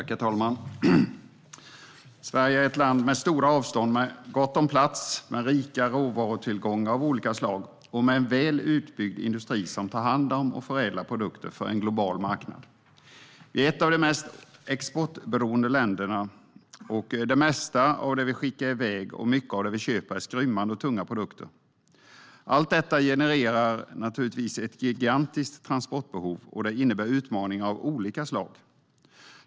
Herr talman! Sverige är ett land med stora avstånd, med gott om plats, med rika råvarutillgångar av olika slag och med en väl utbyggd industri som tar hand om och förädlar produkter för en global marknad. Vi är ett av de mest exportberoende länderna, och det mesta av det som vi skickar iväg och mycket av det som vi köper är skrymmande och tunga produkter. Allt detta genererar naturligtvis ett gigantiskt transportbehov, och det innebär utmaningar av olika slag.